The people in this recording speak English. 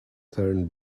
turn